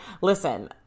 Listen